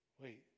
wait